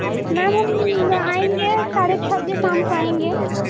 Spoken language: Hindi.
मैम हम आएँगे साढ़े छ बजे शाम को आएँगे